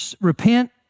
repent